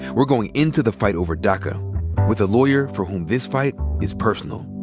we're going into the fight over daca with a lawyer for whom this fight is personal.